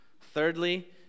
Thirdly